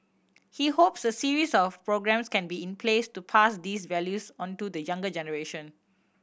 he hopes a series of programmes can be in place to pass these values on to the younger generation